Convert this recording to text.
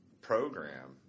program